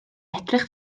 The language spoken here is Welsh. edrych